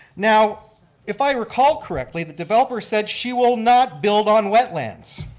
now if i recall correctly, the developer said she will not build on wetlands.